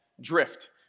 drift